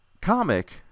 comic